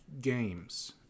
games